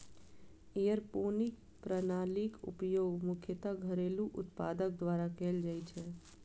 aeroponic प्रणालीक उपयोग मुख्यतः घरेलू उत्पादक द्वारा कैल जाइ छै